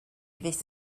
fyth